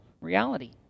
reality